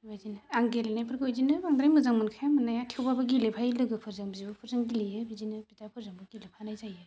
बेबायदिनो आं गेलेनायफोरखौ बिदिनो बांद्राय मोजां मोनखाया मोननाया थेवब्लाबो गेलेफायो लोगोफोरजों बिब'फोरजों गेलेयो बिदिनो बिदाफोरजोंबो गेलेफानाय जायो